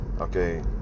okay